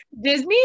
disney